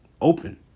open